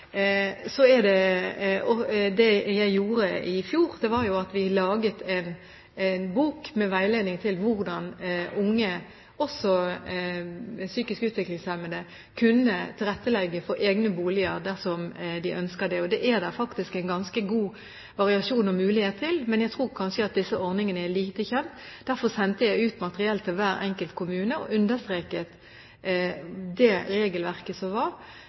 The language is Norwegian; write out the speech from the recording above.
Det jeg gjorde i fjor, var å få laget en bok med veiledning til hvordan unge, også psykisk utviklingshemmede, kunne tilrettelegge for egne boliger dersom de ønsker det. Der er det faktisk en ganske god variasjon og mulighet, men jeg tror kanskje at disse ordningene er lite kjent. Derfor sendte jeg ut materiell til hver enkelt kommune og understreket det regelverket som